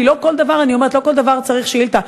כי לא כל דבר צריך שאילתה,